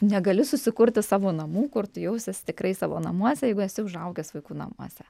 negali susikurti savo namų kur tu jausies tikrai savo namuose jeigu esi užaugęs vaikų namuose